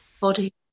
body